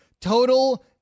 total